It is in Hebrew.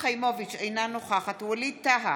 אינה נוכחת ווליד טאהא,